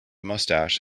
mustache